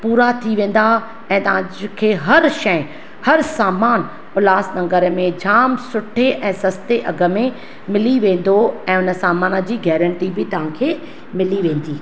पूरा थी वेंदा ऐं तव्हांखे हर शइ हर सामानु उल्हासनगर में जामु सुठे ऐं सस्ते अघ में मिली वेंदो ऐं उन सामान जी गारंटी बि तव्हां खे मिली वेंदी